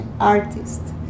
artist